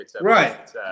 Right